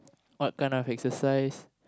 what kind of exercise